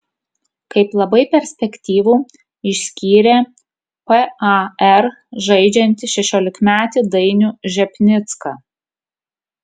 kaip labai perspektyvų išskyrė par žaidžiantį šešiolikmetį dainių žepnicką